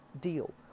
deal